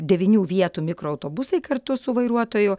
devynių vietų mikroautobusai kartu su vairuotoju